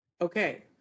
Okay